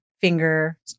finger